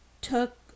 took